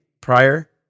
prior